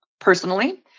personally